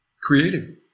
creating